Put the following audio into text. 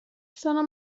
sono